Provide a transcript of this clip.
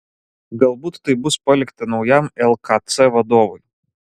galbūt tai bus palikta naujam lkc vadovui